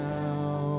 now